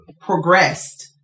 progressed